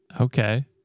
Okay